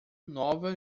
nova